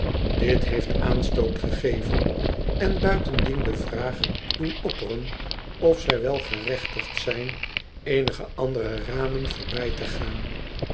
dit heeft aanstoot gegeven en buitendien de vraag doen opperen of zij wel gerechtigd zijn e enige andere ramen voorbij te gaan